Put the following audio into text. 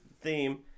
theme